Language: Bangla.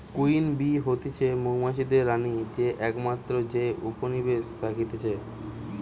কুইন বী হতিছে মৌমাছিদের রানী যে একমাত্র যে উপনিবেশে থাকতিছে